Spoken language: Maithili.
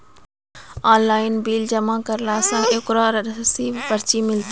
ऑनलाइन बिल जमा करला से ओकरौ रिसीव पर्ची मिलतै?